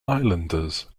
islanders